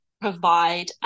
provide